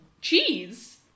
cheese